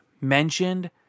mentioned